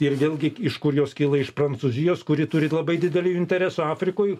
ir vėlgi iš kur jos kyla iš prancūzijos kuri turi labai didelių interesų afrikoj